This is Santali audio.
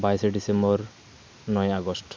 ᱵᱟᱭᱤᱥᱮ ᱰᱤᱥᱮᱢᱵᱚᱨ ᱱᱚᱭᱮ ᱟᱜᱚᱥᱴ